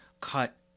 cut